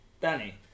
Danny